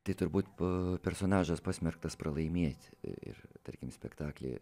tai turbūt pe personažas pasmerktas pralaimėti ir tarkim spektaklį